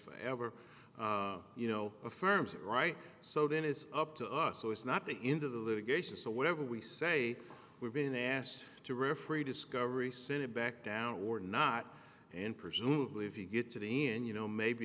for ever you know affirms it right so then it's up to us so it's not the end of the litigation so whatever we say we've been asked to referee discovery sent it back down or not and presumably if you get to the end you know maybe